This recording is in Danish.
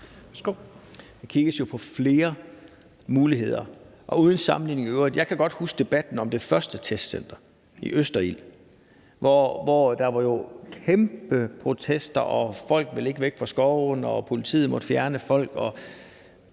Der kigges jo på flere muligheder, og uden sammenligning i øvrigt kan jeg godt huske debatten om det første testcenter i Østerild, hvor der jo var kæmpe protester – folk ville ikke væk fra skoven, og politiet måtte fjerne folk